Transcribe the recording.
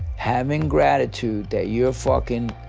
having gratitude that you're fucking